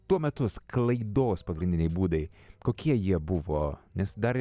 tuo metu sklaidos pagrindiniai būdai kokie jie buvo nes dar